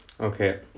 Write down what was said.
okay